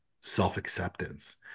self-acceptance